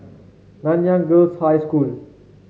Nanyang Girls' High School